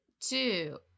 two